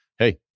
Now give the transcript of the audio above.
Hey